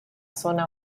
zona